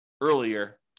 earlier